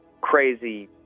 crazy